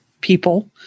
people